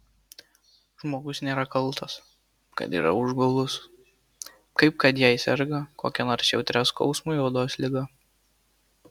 žmogus nėra kaltas kad yra užgaulus kaip kad jei serga kokia nors jautria skausmui odos liga